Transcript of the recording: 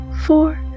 Four